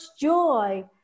joy